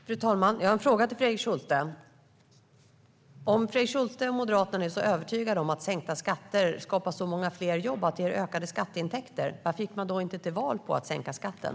Fru talman! Jag har en fråga till Fredrik Schulte. Om Fredrik Schulte och Moderaterna är så övertygade om att sänkta skatter skapar så många fler jobb att det ger ökade skatteintäkter undrar jag: Varför gick man inte till val på att sänka skatten?